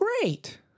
great